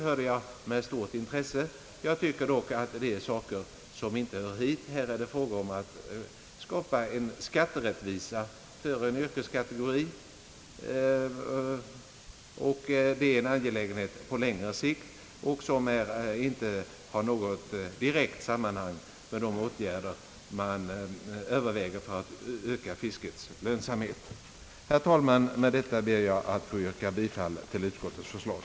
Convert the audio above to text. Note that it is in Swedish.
Jag tycker dock att vad han anförde angående fisket inte hör hit. Här är det fråga om att skapa skatterättvisa för en yrkeskategori. Det är en angelägenhet på längre sikt som inte har något direkt samband med de åtgärder som övervägs för att öka fiskets lönsamhet. Med detta ber jag, herr talman, att få yrka bifall till utskottets förslag.